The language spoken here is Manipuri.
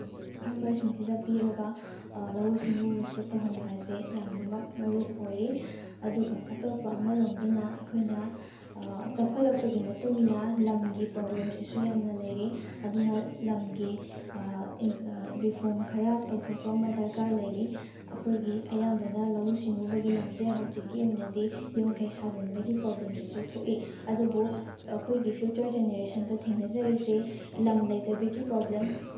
ꯐꯥꯔꯃꯔꯁꯤꯡꯁꯤꯗ ꯄꯤꯔꯒ ꯂꯧꯎ ꯁꯤꯡꯎꯕꯁꯦ ꯇꯧꯍꯟꯕ ꯑꯁꯦ ꯌꯥꯝꯅꯃꯛ ꯃꯔꯨꯑꯣꯏ ꯑꯣꯏꯔꯦ ꯑꯗꯨꯒ ꯑꯇꯣꯞꯄ ꯑꯃꯔꯣꯝꯗꯅ ꯑꯩꯈꯣꯏꯅ ꯆꯥꯎꯈꯠꯂꯛꯄꯒꯤ ꯃꯇꯨꯡꯏꯟꯅ ꯂꯝꯒꯤ ꯄ꯭ꯔꯣꯕ꯭ꯂꯦꯝꯁꯤꯁꯨ ꯌꯥꯝꯅ ꯂꯩꯔꯦ ꯑꯗꯨꯅ ꯂꯝꯒꯤ ꯔꯤꯐꯣꯝ ꯈꯔ ꯇꯧꯊꯣꯛꯄ ꯑꯃ ꯗꯔꯀꯥꯔ ꯂꯩꯔꯤ ꯑꯩꯈꯣꯏꯒꯤ ꯑꯌꯥꯝꯕꯅ ꯂꯧꯎ ꯁꯤꯡꯎꯕꯒꯤ ꯂꯝꯁꯦ ꯍꯧꯖꯤꯛꯀꯤ ꯑꯣꯏꯅꯗꯤ ꯌꯨꯝ ꯀꯩ ꯁꯥꯖꯟꯕꯒꯤ ꯄ꯭ꯔꯣꯕ꯭ꯂꯦꯝꯁꯤꯁꯨ ꯊꯣꯛꯏ ꯑꯗꯨꯕꯨ ꯑꯩꯈꯣꯏꯒꯤ ꯐ꯭ꯌꯨꯆꯔ ꯖꯦꯅꯦꯔꯦꯁꯟꯗ ꯊꯦꯡꯅꯖꯔꯤꯁꯦ ꯂꯝ ꯂꯩꯇꯕꯒꯤ ꯄ꯭ꯔꯣꯕ꯭ꯂꯦꯝ